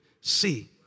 see